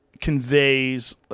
conveys